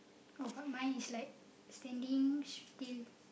oh but mine is like standing still